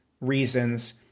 reasons